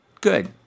Good